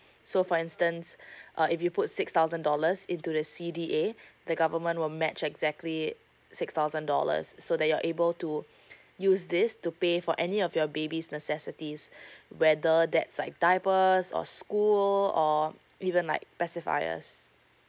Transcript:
so for instance uh if you put six thousand dollars into the C_D_A the government will match exactly six thousand dollars so that you're able to use this to pay for any of your babies necessities whether that's like diapers or school or even like basic files